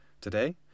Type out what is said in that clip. Today